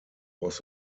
was